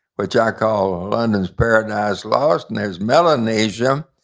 which i call london's paradise lost and there's melanesia,